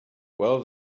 well